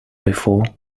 before